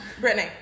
Brittany